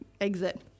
exit